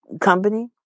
company